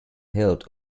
held